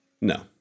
No